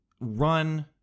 run